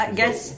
guess